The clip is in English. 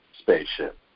spaceship